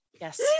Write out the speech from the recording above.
Yes